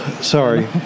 Sorry